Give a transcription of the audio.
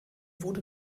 wurde